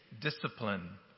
discipline